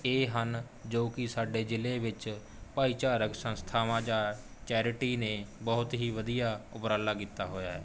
ਇਹ ਹਨ ਜੋ ਕੀ ਸਾਡੇ ਜ਼ਿਲ੍ਹੇ ਵਿੱਚ ਭਾਈਚਾਰਕ ਸੰਸਥਾਵਾਂ ਜਾਂ ਚੈਰਿਟੀ ਨੇ ਬਹੁਤ ਹੀ ਵਧੀਆ ਉਪਰਾਲਾ ਕੀਤਾ ਹੋਇਆ